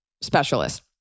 specialist